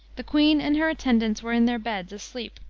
the queen and her attendants were in their beds, asleep.